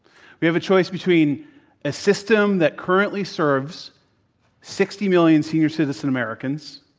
we have a choice between a system that currently serves sixty million senior citizen americans,